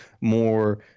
more